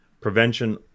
Prevention